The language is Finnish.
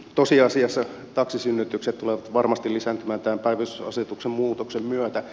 tosiasiassa taksisynnytykset tulevat varmasti lisääntymään tämän päivystysasetuksen muutoksen myötä